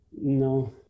No